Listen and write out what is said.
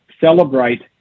celebrate